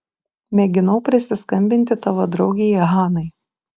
mėginau prisiskambinti tavo draugei hanai